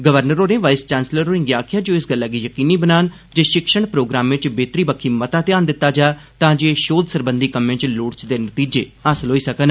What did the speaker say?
governor होरें vice chancellor होरें गी आक्खेआ जे ओह् इस गल्लै गी यकीनी बनान जे शिक्षण प्रोग्रामें च बेह्तरी बक्खी मता ध्यान दिता जा तांजे शोध सरबंधी कम्में च लोड़चदे नतीजे हासल होन